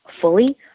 fully